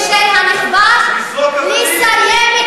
וזכות וחובה, תנו לה לסיים.